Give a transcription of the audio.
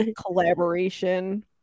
collaboration